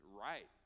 right